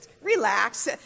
relax